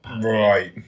Right